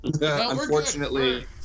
Unfortunately